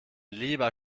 lieber